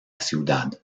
ciudad